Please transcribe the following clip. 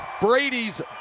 Brady's